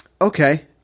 okay